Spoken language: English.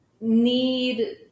need